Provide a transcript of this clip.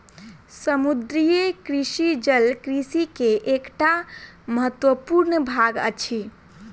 समुद्रीय कृषि जल कृषि के एकटा महत्वपूर्ण भाग अछि